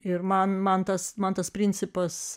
ir man man tas man tas principas